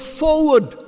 forward